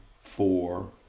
four